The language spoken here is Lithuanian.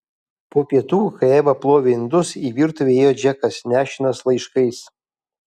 po pietų kai eva plovė indus į virtuvę įėjo džekas nešinas laiškais